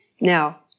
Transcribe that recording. Now